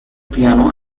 piano